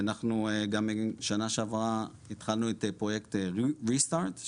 בנוסף, שנה שעברה התחלנו את פרויקט ריסטארט,